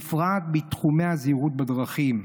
בפרט בתחומי הזהירות בדרכים,